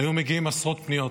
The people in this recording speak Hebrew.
היו מגיעות עשרות פניות.